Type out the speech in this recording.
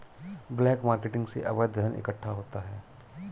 black marketing से अवैध धन इकट्ठा होता है